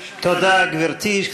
תודה, גברתי.